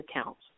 accounts